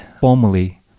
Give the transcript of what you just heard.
formally